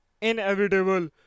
inevitable